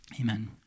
Amen